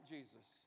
Jesus